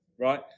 right